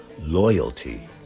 Loyalty